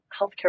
healthcare